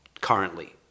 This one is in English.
currently